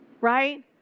right